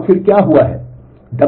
और फिर क्या हुआ है